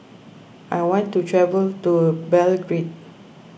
I want to travel to Belgrade